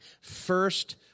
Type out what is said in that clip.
First